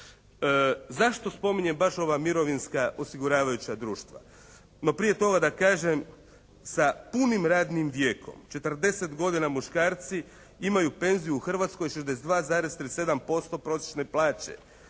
Zašto spominjem baš ova mirovinska osiguravajuća društva? No prije toga da kažem sa punim radnim vijekom 40 godina muškarci imaju penziju u Hrvatskoj 62,37% prosječne plaće.